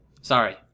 Sorry